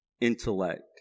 intellect